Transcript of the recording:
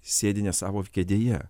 sėdi ne savo kėdėje